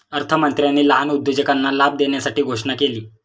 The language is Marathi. अर्थमंत्र्यांनी लहान उद्योजकांना लाभ देण्यासाठी घोषणा केली